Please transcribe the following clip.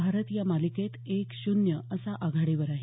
भारत या मालिकेत एक शून्य असा आघाडीवर आहे